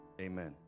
Amen